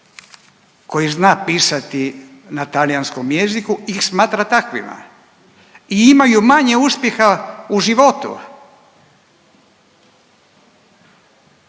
koji zna pisati na talijanskom jeziku ih smatra takvima i imaju manje uspjeha u životu.